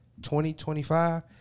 2025